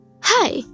Hi